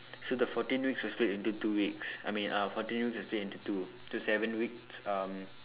so the fourteen weeks will split into two weeks I mean uh fourteen weeks will split into two so seven week um